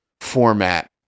format